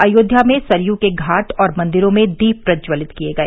अयोध्या में सरयू के घाट और मंदिरों में दीप प्रज्ज्वलित किए गए